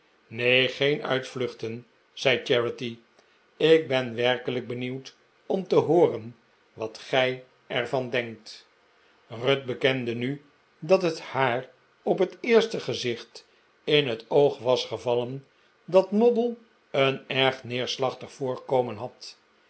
neen geen uitvluchten zei charity ik ben werkelijk benieuwd om te hooren wat gij er van denkt ruth bekende nu dat het haar op het eerste gezicht in het oog was gevallen dat moddle een erg neerslachtig voorkomen had